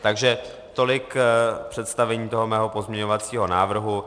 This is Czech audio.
Takže tolik představení mého pozměňovacího návrhu.